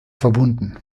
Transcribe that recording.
verbunden